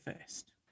first